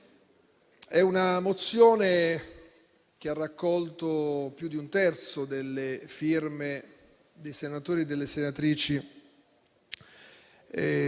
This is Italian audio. e resilienza ha raccolto più di un terzo delle firme dei senatori e delle senatrici